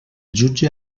jutge